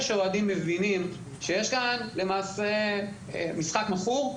שאוהדים מבינים שיש כאן למעשה משחק מכור,